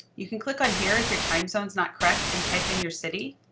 you can click on here if your time zone is not correct and type in your city.